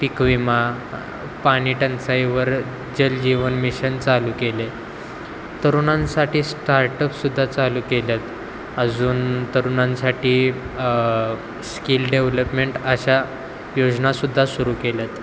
पिकविमा पाणीटंचाईवर जल जीवन मिशन चालू केले तरुणांसाठी स्टार्टअपसुद्धा चालू केल्यात अजून तरुणांसाठी स्किल डेव्हलपमेंट अशा योजनासुद्धा सुरू केल्यात